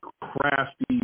crafty